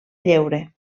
lleure